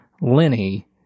Lenny